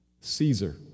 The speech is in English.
Caesar